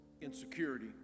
insecurity